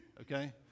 Okay